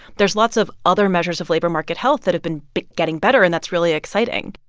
there's lots of other measures of labor market health that have been been getting better, and that's really exciting.